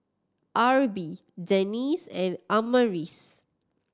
Arbie Dennis and Amaris